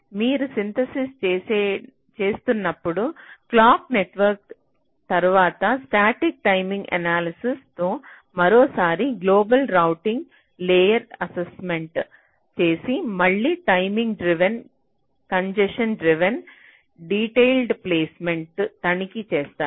మీరు సింథసిస్ చేస్తున్నప్పుడు clock network తర్వాత స్టాటిక్ టైమింగ్ ఎనాలసిస్ తో మరోసారి గ్లోబల్ రౌటింగ్ లేయర్ అసైన్మెంట్ చేసి మళ్ళీ timing driven congestion driven detailed ప్లేస్మెంట్ను తనిఖీ చేస్తారు